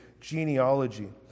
genealogy